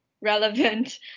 relevant